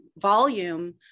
volume